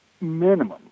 minimum